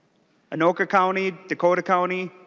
anoka county dakota county